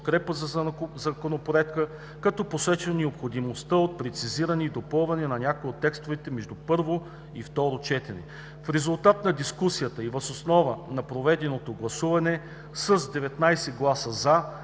за Законопроекта, като посочи необходимостта от прецизиране и допълване на някои от текстовете между първо и второ четене. В резултат на дискусията и въз основа на проведеното гласуване с 19 гласа „за“,